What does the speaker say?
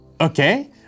okay